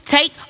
Take